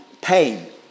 pain